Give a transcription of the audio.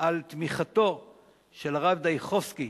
על תמיכתו של הרב דיכובסקי,